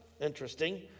Interesting